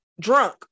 drunk